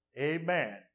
Amen